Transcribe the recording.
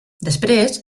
després